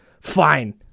Fine